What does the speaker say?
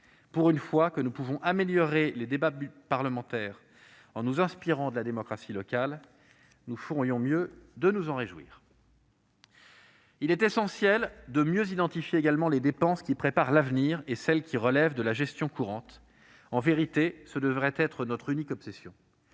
Pour une fois que nous pouvons améliorer les débats parlementaires en nous inspirant de la démocratie locale, nous ferions mieux de nous en réjouir. Il est primordial de mieux identifier les dépenses qui préparent l'avenir et celles qui relèvent de la gestion courante. En vérité, ce devrait être notre unique obsession